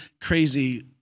crazy